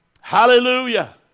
Hallelujah